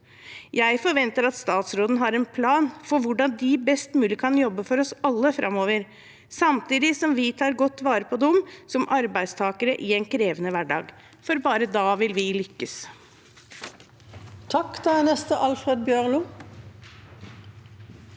Jeg forventer at statsråden har en plan for hvordan de best kan jobbe for oss alle framover, samtidig som vi tar godt vare på dem som arbeidstakere i en krevende hverdag, for bare da vil vi lykkes.